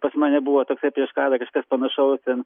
pas mane buvo toksai prieš karą kažkas panašaus ten